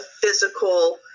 physical